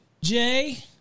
Jay